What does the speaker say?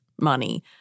money